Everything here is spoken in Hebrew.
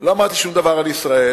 לא אמרתי שום דבר על ישראל,